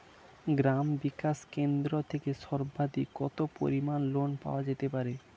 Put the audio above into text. গ্রাম বিকাশ কেন্দ্র থেকে সর্বাধিক কত পরিমান লোন পাওয়া যেতে পারে?